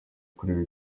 kureba